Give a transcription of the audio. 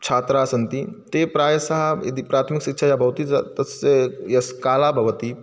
छात्राः सन्ति ते प्रायशः यदि प्राथमिकशिक्षा या भवति य तस्य् यः कालः भवति